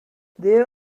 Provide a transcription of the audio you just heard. there